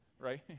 right